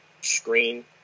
Screen